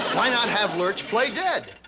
why not have lurch play dead?